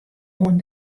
oan